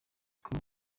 com